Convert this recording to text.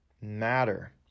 matter